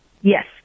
Yes